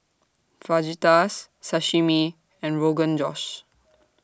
Fajitas Sashimi and Rogan Josh